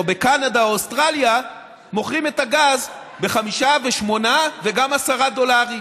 או בקנדה או אוסטרליה מוכרים את הגז ב-5 ו-8 וגם 10 דולרים,